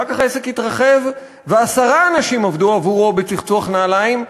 אחר כך העסק התרחב ועשרה אנשים עבדו עבורו בצחצוח נעליים,